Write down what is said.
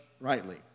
rightly